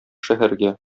шәһәргә